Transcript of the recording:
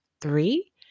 three